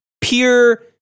pure